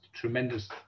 Tremendous